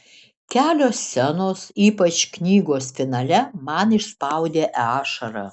kelios scenos ypač knygos finale man išspaudė ašarą